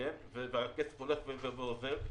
והכסף הולך ואוזל.